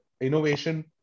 innovation